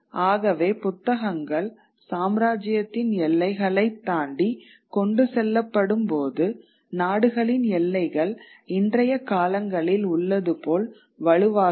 ஆகவே புத்தகங்கள் சாம்ராஜ்யத்தின் எல்லைகளைத் தாண்டி கொண்டு செல்லப்படும்போது நாடுகளின் எல்லைகள் இன்றைய காலங்களில் உள்ளது போல் வலுவாக இருக்காது